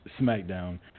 SmackDown